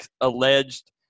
alleged